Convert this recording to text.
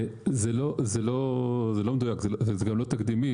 זה לא מדויק, וזה גם לא תקדימי.